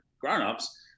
grown-ups